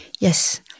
Yes